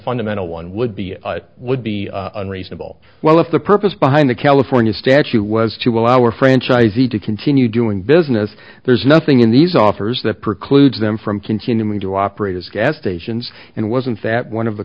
fundamental one would be it would be unreasonable well if the purpose behind the california statute was to allow our franchisee to continue doing business there's nothing in these offers that precludes them from continuing to operate as gas stations and wasn't that one of the